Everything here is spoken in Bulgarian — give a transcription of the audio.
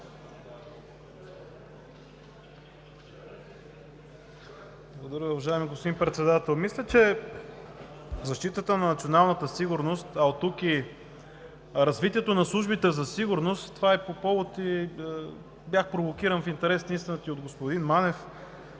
Благодаря Ви, уважаеми господин Председател. По повод защитата на националната сигурност, а оттук и развитието на службите за сигурност – бях провокиран в интерес на истината и от господин Манев.